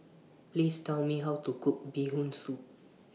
Please Tell Me How to Cook Bee Hoon Soup